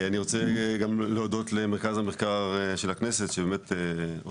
אני רוצה גם להודות למרכז המחקר והמידע של הכנסת ואסנת,